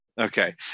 okay